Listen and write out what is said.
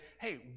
hey